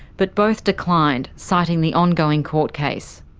but both declined, citing the ongoing court case.